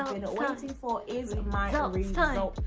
you know twenty four is my lovely style.